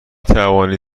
توانید